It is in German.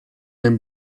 den